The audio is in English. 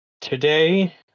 Today